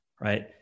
Right